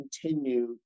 continue